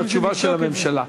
התשובה של הממשלה.